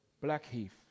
Blackheath